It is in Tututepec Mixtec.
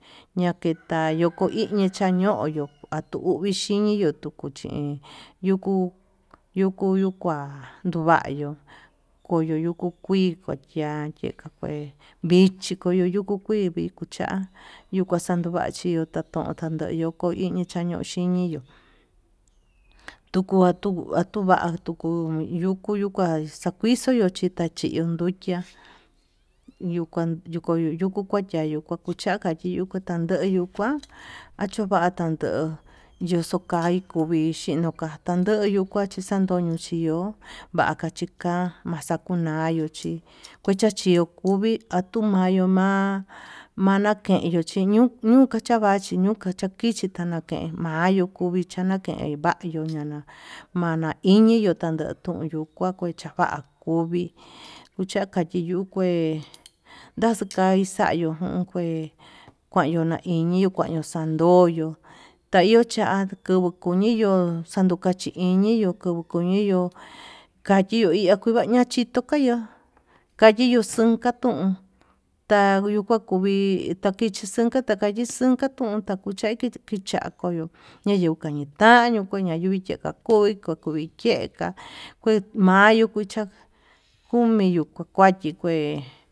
Ñaketa koyo iñii chañoyo atu uvii chiñi yuu tuu uvuu xhin, yuku yuku yuu kua nduvayu kuyo kuyu kui kuyu ya'a yika kue vichi kuyuu yuku kuii kuyucha yuukua xando va'a chio xutundá chandoyo ko'o iñi xanyo chiñi, iho yoko atuu atuvatu kumi yukuu yuu kuax xakuixo yuu chi kuachin ndun nduchia yukua yukukuachia kuakuchacha iho tandeyu kuan achuu va'a tando, yuu xuu kai kuvi xhinokai tando'o yuu kuachi chandoyo chió, vakaxuka vaxakunayo chí kuchachio kuvii atumayuu ma'a malekeñuu chi ñuu ñuu chavaxhi ñuu chakichi tama'a ken mayuu kuvi chana'a kein mayuu ñana, maña iniyuu tande kuyuu ka'a kue chava kuvii kuacha chio kue ndakai xayuu jun, kue kayuu ña'a iñi kuayo xando'i yo chayio cha'a kuni kuyi hó xandu kachiñi kuniyo kachio uñaya chindoke, iho kayiyo xunka tuun tayuu kua kuvi takichi xunka takayi xunka tunkakuchai kiya'a koyo'o, ñañii kuñitaku kuña'a yui kakubuu koi kovi kei ka kuemayu kicha'a kumi yuu kua kuachi kué.